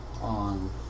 on